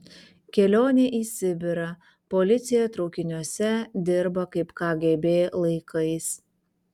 kelionė į sibirą policija traukiniuose dirba kaip kgb laikais